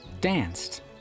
danced